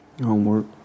Homework